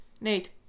nate